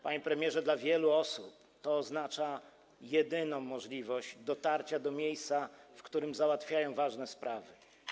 Panie premierze, dla wielu osób to oznacza jedyną możliwość dotarcia do miejsca, w którym załatwiają ważne sprawy.